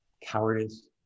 cowardice